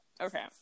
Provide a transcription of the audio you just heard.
okay